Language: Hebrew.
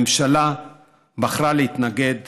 הממשלה בחרה להתנגד